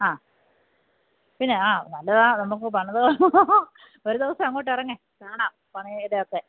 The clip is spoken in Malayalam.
ആ പിന്നെ ആ നല്ലതാണ് നമുക്ക് പണിത് ഒരുദിവസം അങ്ങോട്ട് ഇറങ്ങ് കാണാം പണി ഒക്കെ